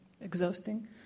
exhausting